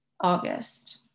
August